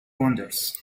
wonders